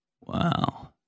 Wow